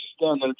done